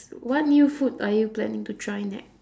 what new food are you planning to try next